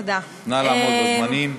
נא לעמוד בזמנים.